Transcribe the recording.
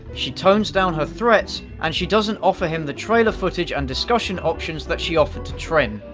she tones down her threats, and she doesn't offer him the trailer footage and discussion options that she offered to trin.